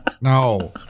No